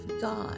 God